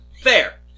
Fair